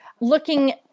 looking